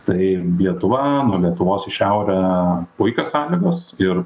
tai lietuva nuo lietuvos į šiaurę puikios sąlygos ir